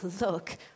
look